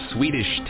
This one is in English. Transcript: Swedish